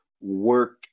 work